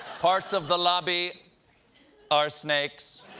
parts of the lobby are snakes.